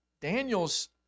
Daniel's